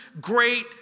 great